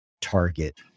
target